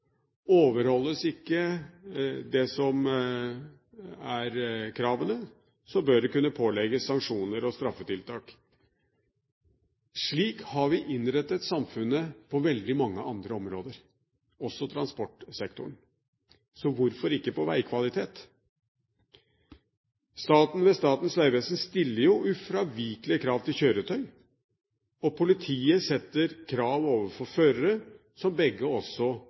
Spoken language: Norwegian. Overholdes ikke kravene, bør det kunne pålegges sanksjoner og straffetiltak. Slik har vi innrettet samfunnet på veldig mange andre områder, også transportsektoren, så hvorfor ikke når det gjelder veikvalitet? Staten, ved Statens vegvesen, stiller jo ufravikelige krav til kjøretøy, og politiet stiller krav overfor førere, og begge